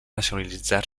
nacionalitzar